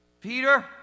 Peter